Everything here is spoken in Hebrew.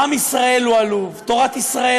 עם ישראל הוא עלוב,